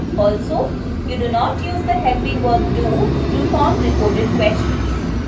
also, you do not use the helping verb do to form reported questions.